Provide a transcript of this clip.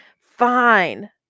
fine